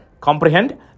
comprehend